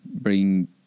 bring